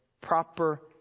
proper